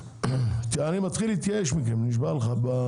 אני מתחיל להתייאש מכם, נשבע לך.